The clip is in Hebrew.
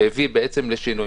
והביא בעצם לשינויים.